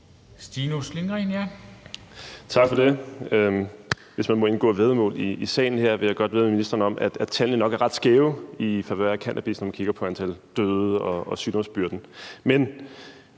Stinus Lindgreen (RV): Tak for det. Hvis man må indgå væddemål i salen her, vil jeg godt vædde med ministeren om, at tallene nok er ret skæve i cannabis' favør, når man kigger på antal døde og på sygdomsbyrden. Men